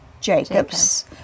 Jacobs